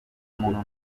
muntu